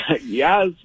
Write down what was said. Yes